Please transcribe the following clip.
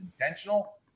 intentional